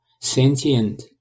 sentient